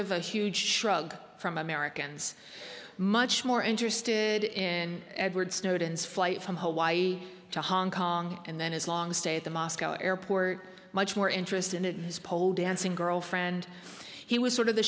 of a huge shrug from americans much more interested in edward snowden's flight from hawaii to hong kong and then his long stay at the moscow airport much more interested in his pole dancing girlfriend he was sort of the